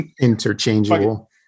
interchangeable